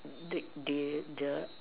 did they the